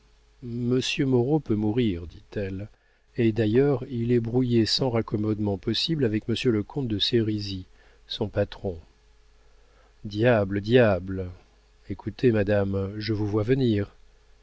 moreau peut mourir dit-elle et d'ailleurs il est brouillé sans raccommodement possible avec monsieur le comte de sérisy son patron diable diable écoutez madame je vous vois venir